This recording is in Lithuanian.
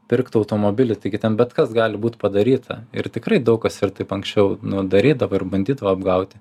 pirkti automobilį taigi ten bet kas gali būt padaryta ir tikrai daug kas ir taip anksčiau nu darydavo ir bandydavo apgauti